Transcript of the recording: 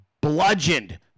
bludgeoned